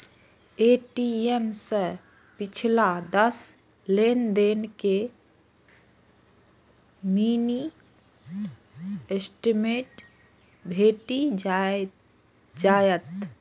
ATM सं पिछला दस लेनदेन के मिनी स्टेटमेंट भेटि जायत